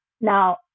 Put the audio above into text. now